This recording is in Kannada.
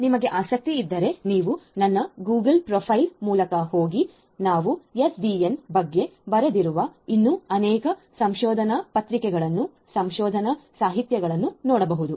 ನಿಮಗೆ ಆಸಕ್ತಿಯಿದ್ದರೆ ನೀವು ನನ್ನ Google ಪ್ರೊಫೈಲ್ ಮೂಲಕ ಹೋಗಿ ನಾವು ಎಸ್ಡಿಎನ್ ಬಗ್ಗೆ ಬರೆದಿರುವ ಇನ್ನೂ ಅನೇಕ ಸಂಶೋಧನಾ ಪತ್ರಿಕೆಗಳನ್ನು ಸಂಶೋಧನ್ನ ಸಾಹಿತ್ಯಗಳನ್ನು ನೋಡಬಹುದು